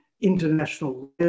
international